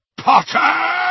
Potter